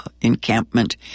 encampment